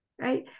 right